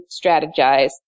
strategize